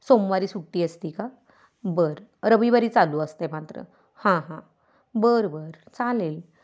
सोमवारी सुट्टी असते का बरं रविवारी चालू असते मात्र हां हां बरं बरं चालेल